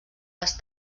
les